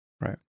Right